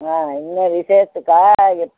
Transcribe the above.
ஆ என்ன விசேஷத்துக்காக எப்